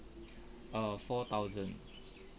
err four thousand